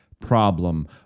problem